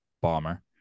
bomber